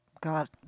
God